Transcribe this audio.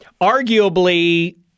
arguably